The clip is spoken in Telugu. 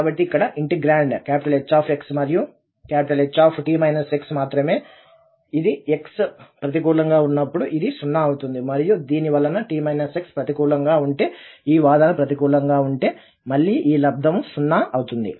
కాబట్టి ఇక్కడ ఇంటిగ్రాండ్ H మరియు H మాత్రమే ఇది x ప్రతికూలంగా ఉన్నప్పుడు ఇది 0 అవుతుంది మరియు దీని వలన t x ప్రతికూలంగా ఉంటే ఈ వాదన ప్రతికూలంగా ఉంటే మళ్లీ ఈ లబ్దము 0 అవుతుంది